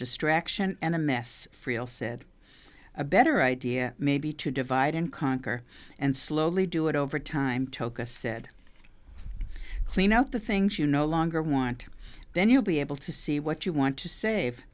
distraction and a mess friel said a better idea may be to divide and conquer and slowly do it over time toca said clean out the things you no longer want then you'll be able to see what you want to save